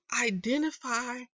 identify